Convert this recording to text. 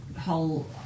whole